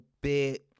bit